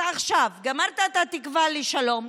אז עכשיו גמרת את התקווה לשלום,